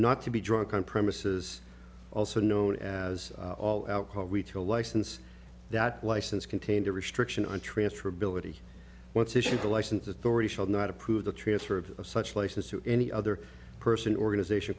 not to be drunk on premises also known as all alcohol retail license that license contains a restriction on transferability once issued a license authority shall not approve the transfer of such license to any other person organization